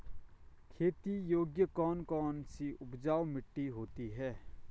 खेती योग्य कौन कौन सी उपजाऊ मिट्टी होती है?